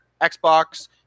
Xbox